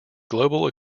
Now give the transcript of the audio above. global